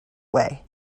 way